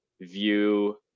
view